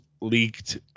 leaked